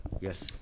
Yes